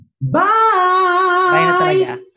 Bye